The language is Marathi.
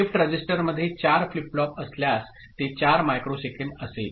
शिफ्ट रजिस्टरमध्ये 4 फ्लिप फ्लॉप असल्यास ते 4 मायक्रोसेकंड असेल